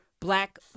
black